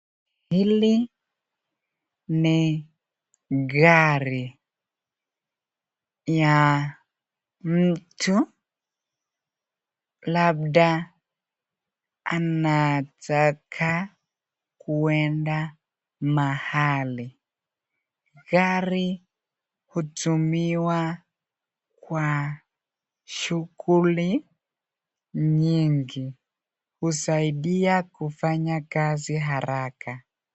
Hili ni gari ya mtu labda anataka kuenda mahali. Gari hutumiwa kwa shughuli nyingi husaidia kufanya kazi haraka.